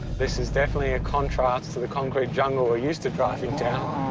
this is definitely a contrast to the concrete jungle we're used to driving down.